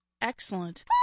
Excellent